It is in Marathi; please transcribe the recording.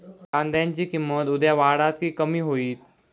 कांद्याची किंमत उद्या वाढात की कमी होईत?